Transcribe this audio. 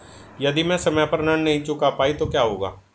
यदि मैं समय पर ऋण नहीं चुका पाई तो क्या होगा?